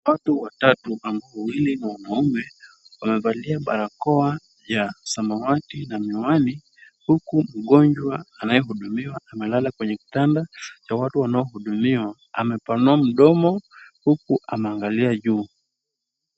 Watu watatu ambao wawili ni wanaume wamevalia barakoa ya samawati na miwani huku mgonjwa anayehudumiwa amelala kwenye kitanda cha watu wanaohudumiwa. Amepanua mdomo huku ameangalia juu.